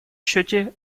счете